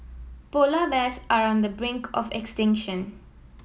polar bears are on the brink of extinction